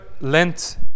Lent